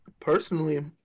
Personally